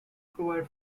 provide